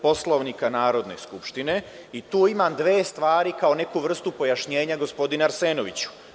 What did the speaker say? Poslovnika Narodne skupštine i tu imam dve stvari kao neku vrstu pojašnjenja, gospodine Arsenoviću.